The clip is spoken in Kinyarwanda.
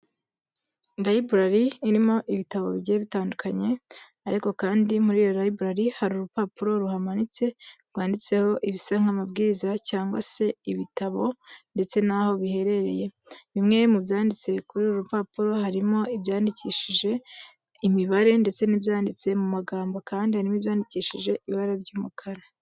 Library irimo ibitabo bigiye bitandukanye ariko kandi muri iyo library hari urupapuro ruhamanitse rwanditseho ibisa nk'amabwiriza cyangwa se ibitabo ndetse n'aho biherereye. Bimwe mu byanditse kuri uru rupapuro harimo ibyandikishije imibare ndetse n'ibyanditse mu magambo kandi harimo ibyandikishije ibara ry'umukara.